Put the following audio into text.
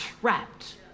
trapped